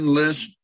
list